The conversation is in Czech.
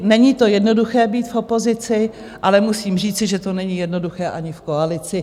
Není to jednoduché, být v opozici, ale musím říci, že to není jednoduché ani v koalici.